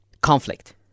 conflict